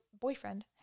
boyfriend